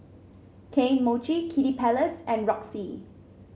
Kane Mochi Kiddy Palace and Roxy